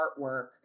artwork